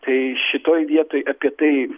tai šitoj vietoj apie tai